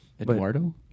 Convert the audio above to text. Eduardo